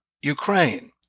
Ukraine